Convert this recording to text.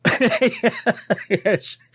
Yes